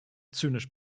zynisch